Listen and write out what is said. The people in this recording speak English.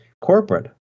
corporate